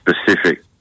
specific